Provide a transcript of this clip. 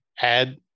add